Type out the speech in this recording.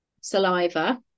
saliva